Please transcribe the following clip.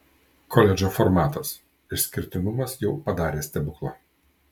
koledžo formatas išskirtinumas jau padarė stebuklą